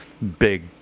big